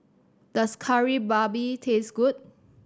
does Kari Babi taste good